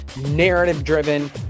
narrative-driven